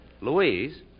Louise